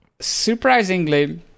Surprisingly